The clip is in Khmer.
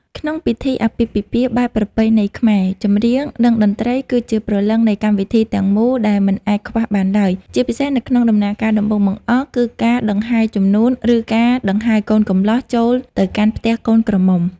ក្នុងពិធីអាពាហ៍ពិពាហ៍បែបប្រពៃណីខ្មែរ ចម្រៀង និងតន្ត្រីគឺជាព្រលឹងនៃកម្មវិធីទាំងមូលដែលមិនអាចខ្វះបានឡើយ ជាពិសេសនៅក្នុងដំណាក់កាលដំបូងបង្អស់គឺការដង្ហែជំនូន ឬការដង្ហែកូនកំលោះចូលទៅកាន់ផ្ទះកូនក្រមុំ។